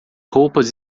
roupas